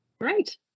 Right